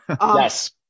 yes